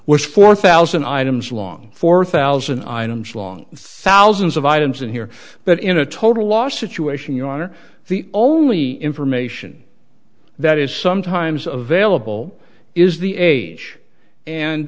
was four thousand items long four thousand items long thousands of items in here but in a total loss situation your honor the only information that is sometimes of vailable is the age and